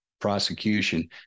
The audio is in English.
prosecution